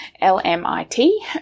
L-M-I-T